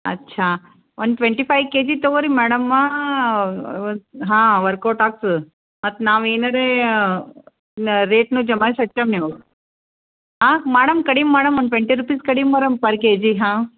ಅಚ್ಚ one twenty five K G ತಗೋರಿ ಮೇಡಮ್ಮಾ ಹಾಂ ವರ್ಕೌಟ್ ಆಗ್ತದೆ ಅದು ಮತ್ತು ನಾವು ಈ ನಡುವೆಯ ರೇಟ್ನೂ ಜಮಾಯ್ಸಿ ಹಚ್ತೇವೆ ಇವು ಹಾಕಿ ಮಾಡಮ್ ಕಡಿಮೆ ಮಾಡಮ್ ಒನ್ ಟ್ವೆಂಟಿ ರುಪೀಸ್ ಕಡಿಮೆ ಮಾಡಮ್ ಪರ್ ಕೆ ಜಿ ಹಾಂ